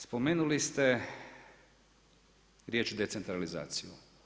Spomenuli ste riječ decentralizaciju.